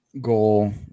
goal